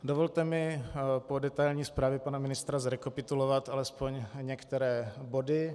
Dovolte mi po detailní zprávě pana ministra zrekapitulovat alespoň některé body.